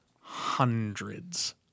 hundreds